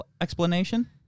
explanation